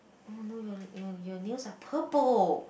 oh no your your your nails are purple